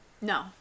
no